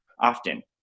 often